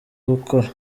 gukora